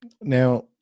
now